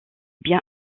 bien